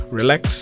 relax